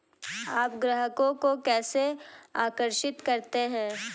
आप ग्राहकों को कैसे आकर्षित करते हैं?